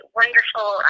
wonderful